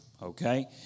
Okay